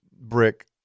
brick